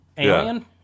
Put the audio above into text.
Alien